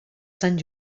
sant